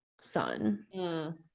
son